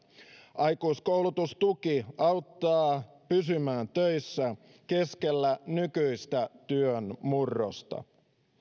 aikuiskoulutustuki auttaa pysymään töissä keskellä nykyistä työnmurrosta